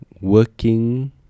working